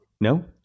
No